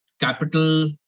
capital